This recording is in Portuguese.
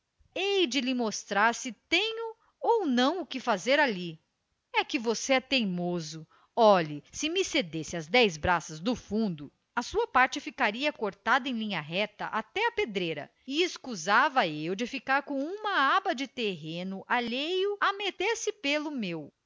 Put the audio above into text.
hei de lhe mostrar se tenho ou não o que fazer ali é que você é teimoso olhe se me cedesse as dez braças do fundo a sua parte ficaria cortada em linha reta até à pedreira e escusava eu de ficar com uma aba de terreno alheio a meter-se pelo meu